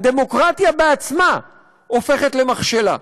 הדמוקרטיה עצמה הופכת למכשלה.